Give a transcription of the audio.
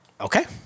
Okay